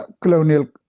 colonial